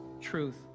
truth